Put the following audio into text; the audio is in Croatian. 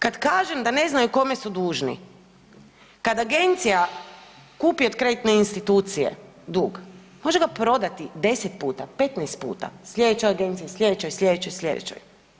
Kad kažem da ne znaju kome su dužni, kad agencija kupi od kreditne institucije dug može ga prodati 10 puta, 15 puta sljedećoj agenciji, sljedećoj, sljedećoj, sljedećoj.